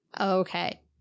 Okay